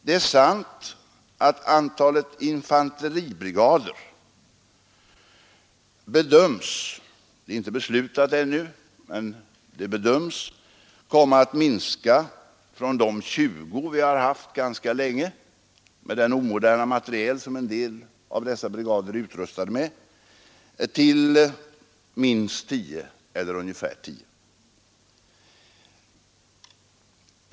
Det är sant att antalet infanteribrigader bedöms komma att minska — det är inte beslutat ännu — från de 20 som vi har haft ganska länge, med den omoderna materiel som en del av dessa brigader är utrustade med, till ungefär 10.